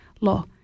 law